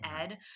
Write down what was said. Ed